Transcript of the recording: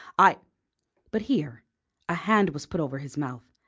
i but here a hand was put over his mouth,